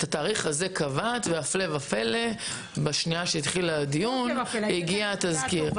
את התאריך הזה קבעת והפלא ופלא בשנייה שהתחיל הדיון הגיע התזכיר.